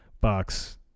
box